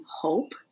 hope